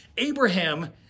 Abraham